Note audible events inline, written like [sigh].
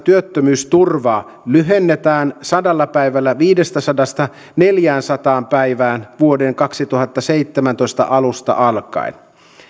[unintelligible] työttömyysturvaa lyhennetään sadalla päivällä viidestäsadasta neljäänsataan päivään vuoden kaksituhattaseitsemäntoista alusta alkaen